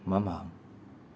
ꯃꯃꯥꯡ